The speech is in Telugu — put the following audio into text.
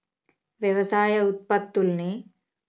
వ్యవసాయ ఉత్పత్తుల్ని